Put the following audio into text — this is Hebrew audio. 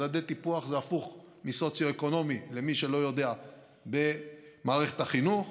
מדדי טיפוח זה הפוך מסוציו-אקונומי במערכת החינוך,